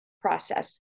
process